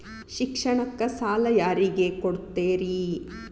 ಶಿಕ್ಷಣಕ್ಕ ಸಾಲ ಯಾರಿಗೆ ಕೊಡ್ತೇರಿ?